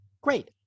Great